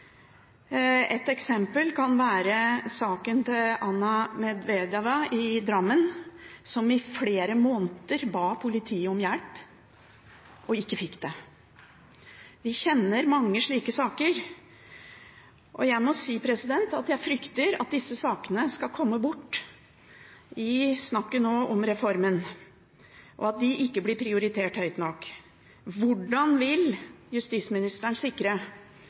Et eksempel kan være saken til Anna Medvedeva i Drammen som i flere måneder ba politiet om hjelp og ikke fikk det. Vi kjenner mange slike saker, og jeg må si at jeg frykter at disse sakene nå skal komme bort i snakket om reformen, og at de ikke blir prioritert høyt nok. Hvordan vil justisministeren sikre